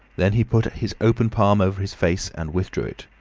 then he put his open palm over his face and withdrew it.